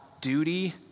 duty